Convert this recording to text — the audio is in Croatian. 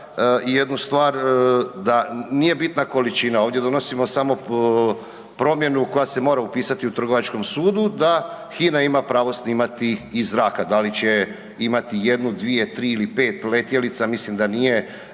i jednu stvar, da nije bitna količina, ovdje donosimo samo promjenu koja se mora upisati u Trgovačkom sudu da HINA ima pravo snimati iz zraka. Da li će imati jednu, dvije, tri ili pet letjelica mislim da nije